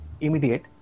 immediate